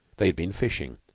they had been fishing,